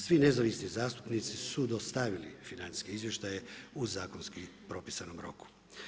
Svi nezavisni zastupnici su dostavili financijske izvještaje u zakonski propisanom roku.